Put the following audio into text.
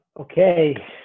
Okay